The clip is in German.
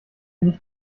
nicht